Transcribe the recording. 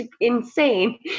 insane